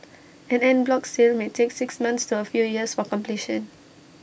an en bloc sale may take six months to A few years for completion